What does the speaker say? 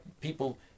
people